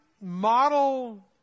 model